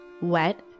wet